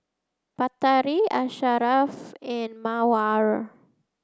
Batari Asharaff and Mawar